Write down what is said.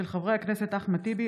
של חברי הכנסת אחמד טיבי,